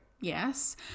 yes